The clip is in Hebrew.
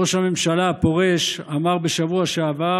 ראש הממשלה הפורש אמר בשבוע שעבר